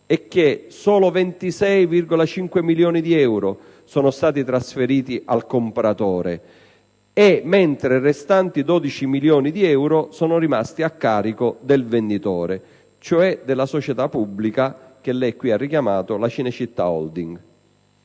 e che solo 26,5 milioni di euro siano stati trasferiti al compratore, mentre i restanti 12 milioni sono rimasti a carico del venditore, cioè della società pubblica che lei qui ha richiamato, la Cinecittà Holding.